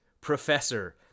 professor